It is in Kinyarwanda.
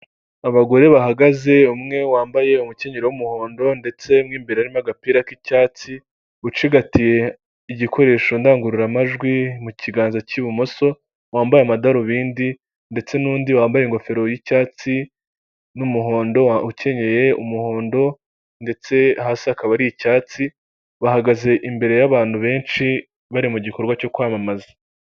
Ni mu isoko ry'ibiribwa harimo abantu bagaragara ko bari kugurisha, ndabona imboga zitandukanye, inyuma yaho ndahabona ibindi bintu biri gucuruzwa ,ndahabona ikimeze nk'umutaka ,ndahabona hirya ibiti ndetse hirya yaho hari n'inyubako.